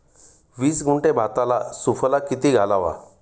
वीस गुंठे भाताला सुफला किती घालावा?